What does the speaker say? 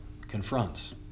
confronts